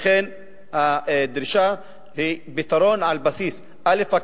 לכן הדרישה היא פתרון על בסיס, א.